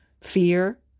Fear